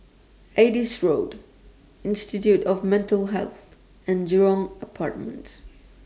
Adis Road Institute of Mental Health and Jurong Apartments